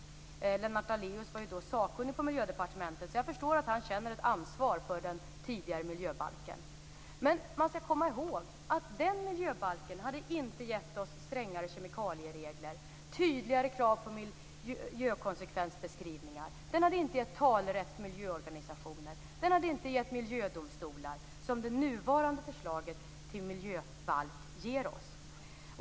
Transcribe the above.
Lennart Daléus var då sakkunnig på Miljödepartementet, så jag förstår att han känner ett ansvar för den tidigare miljöbalken. Men man skall komma ihåg att den miljöbalken inte hade gett oss strängare kemikalieregler eller tydligare krav på miljökonsekvensbeskrivningar. Den hade inte gett talerätt för miljöorganisationer och den hade inte gett miljödomstolar, som det nuvarande förslaget till miljöbalk ger oss.